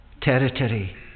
territory